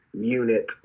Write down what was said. unit